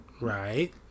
Right